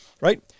right